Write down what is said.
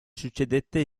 succedette